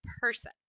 person